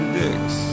dicks